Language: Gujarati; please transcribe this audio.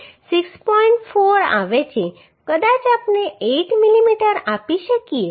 4 આવે છે કદાચ આપણે 8 મીમી આપી શકીએ